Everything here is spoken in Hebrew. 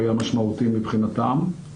והיה משמעותי מבחינתם.